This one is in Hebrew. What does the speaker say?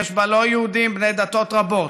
יש בה לא יהודים בני דתות רבות,